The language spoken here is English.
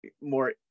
more